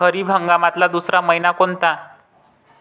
खरीप हंगामातला दुसरा मइना कोनता?